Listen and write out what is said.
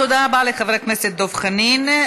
תודה רבה לחבר הכנסת דב חנין.